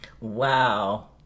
Wow